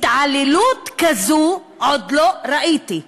התעללות כזו עוד לא ראיתי.